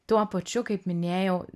tuo pačiu kaip minėjau